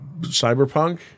Cyberpunk